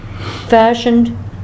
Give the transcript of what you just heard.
fashioned